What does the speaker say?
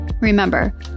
Remember